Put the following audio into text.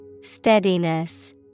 Steadiness